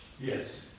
Yes